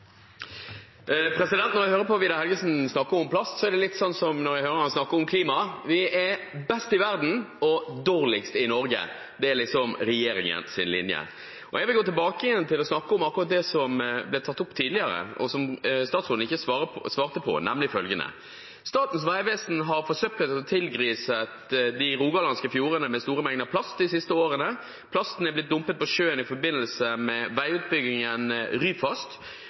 det litt sånn som når jeg hører ham snakke om klima – vi er best i verden og dårligst i Norge. Det er liksom regjeringens linje. Jeg vil gå tilbake igjen til å snakke om akkurat det som ble tatt opp tidligere, og som statsråden ikke svarte på, nemlig følgende: Statens vegvesen har forsøplet og tilgriset de rogalandske fjordene med store mengder plast de siste årene. Plasten er blitt dumpet på sjøen i forbindelse med veiutbyggingen Ryfast.